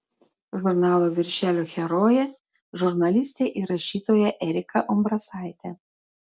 žurnalo viršelio herojė žurnalistė ir rašytoja erika umbrasaitė